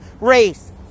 race